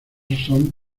son